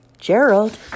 Gerald